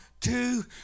two